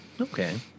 Okay